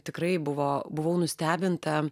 tikrai buvo buvau nustebinta